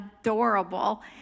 adorable